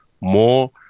more